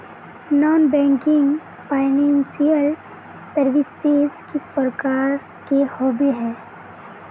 Non banking financial services किस प्रकार के होबे है?